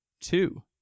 two